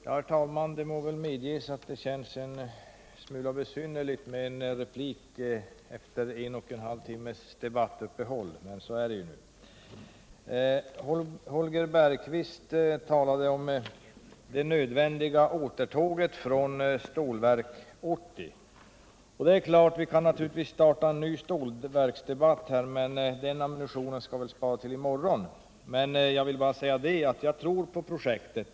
Herr talman! Det känns visserligen en smula besynnerligt med en replik efter en och en halv timmes debattuppehåll, men jag vill kort bemöta Holger Bergqvist, som talade om det nödvändiga återtåget från Stålverk 80. Vi skulle naturligtvis nu kunna starta en ny stålverksdebatt, men den ambitionen borde vi kanske spara till i morgon. Just nu vill jag bara säga att jag tror på projektet.